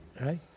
Right